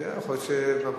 להצעה לסדר-היום,